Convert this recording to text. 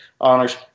honors